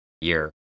year